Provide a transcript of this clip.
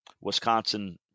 Wisconsin